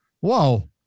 Whoa